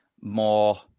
more